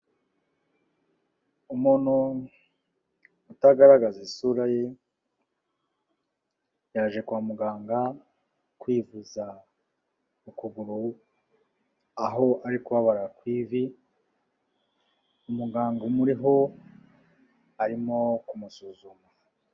Umuntu utagaragaza isura ye, yaje kwa muganga kwivuza ukuguru, aho ari kubabara ku ivi, umuganga umuho, arimo kumusuzuma.